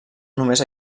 només